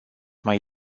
mai